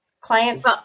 clients